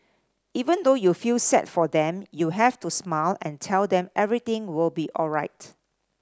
even though you feel sad for them you have to smile and tell them everything will be alright